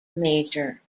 major